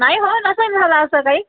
नाही हो नसेल झालं असं काही